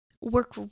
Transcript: work